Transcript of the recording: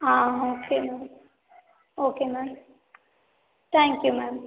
ah okay ma'am okay ma'am thank you ma'am